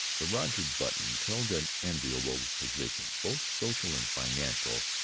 the roger buttons held an enviable position, both social and financial,